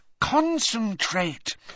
Concentrate